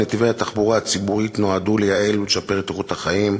ונתיבי התחבורה הציבורית נועדו לייעל ולשפר את איכות החיים,